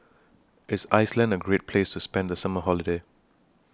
IS Iceland A Great Place to spend The Summer Holiday